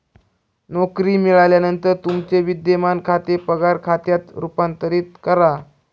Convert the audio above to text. नोकरी मिळाल्यानंतर तुमचे विद्यमान खाते पगार खात्यात रूपांतरित करा